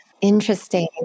Interesting